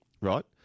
right